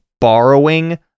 borrowing